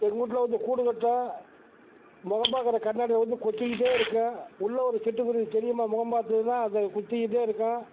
எங்கூட்டில் வந்து கூடு கட்டும் முகம் பார்க்குற கண்ணாடியில் வந்து கொத்திக்கிட்டே இருக்கும் உள்ளே ஒரு சிட்டுக்குருவி தெரியுமா முகம் பார்த்துதுனா அது கொத்திக்கிட்டே இருக்கும்